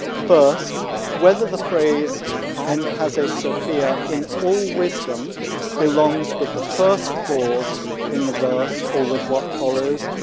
first whether the phrase en passe sophia in all wisdom belongs with the first claus in the verse or with what follows.